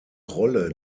rolle